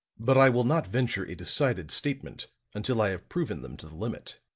but i will not venture a decided statement until i have proven them to the limit.